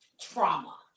trauma